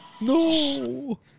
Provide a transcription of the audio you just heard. No